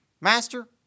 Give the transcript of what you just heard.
Master